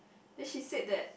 then she said that